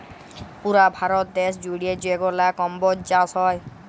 পুরা ভারত দ্যাশ জুইড়ে যেগলা কম্বজ চাষ হ্যয়